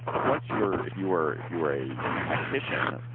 what's your if you were if you were a tactician,